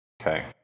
Okay